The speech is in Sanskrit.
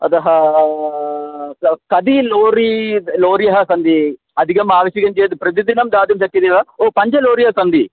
अतः कति लोरी लोरियः सन्ति अधिकम् आवश्यकं चेत् प्रतिदिनं दातुं शक्यते वा ओ पञ्चलोरियः सन्ति